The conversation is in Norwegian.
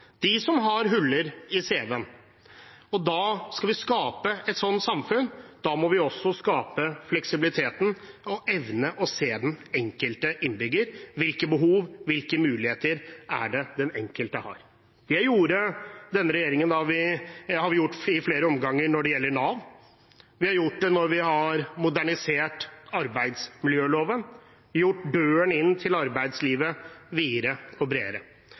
de som har huller i cv-en. Skal vi skape et sånt samfunn, må vi også skape fleksibilitet og evne å se den enkelte innbygger, hvilke behov og hvilke muligheter den enkelte har. Det har denne regjeringen gjort i flere omganger når det gjelder Nav, og vi har gjort det når vi har modernisert arbeidsmiljøloven, gjort døren inn til arbeidslivet videre og bredere.